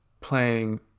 playing